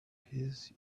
his